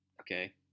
Okay